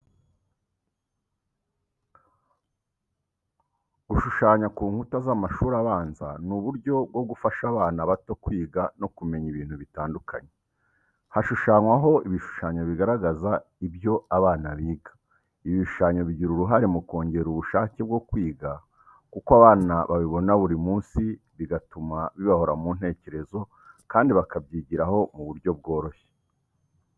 Gushushanya ku nkuta z'amashuri abanza ni uburyo bwo gufasha abana bato kwiga no kumenya ibintu bitandukanye. Hashushanywaho ibishushanyo bigaragaza ibyo abana biga. Ibi bishushanyo bigira uruhare mu kongera ubushake bwo kwiga kuko abana babibona buri munsi, bigatuma bibahora mu ntekerezo kandi bakabyigiraho mu buryo bworoshye.